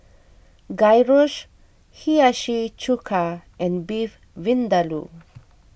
Gyros Hiyashi Chuka and Beef Vindaloo